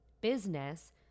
business